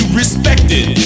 respected